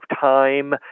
time